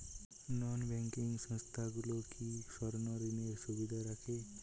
নন banking সংস্থাগুলো কি স্বর্ণঋণের সুবিধা রাখে?